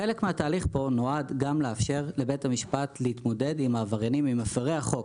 חלק מהתהליך פה נועד גם לאפשר לבית המשפט להתמודד עם מפרי החוק.